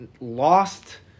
lost